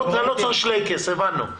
לא צריך שלייקעס, הבנו.